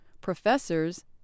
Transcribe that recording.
professors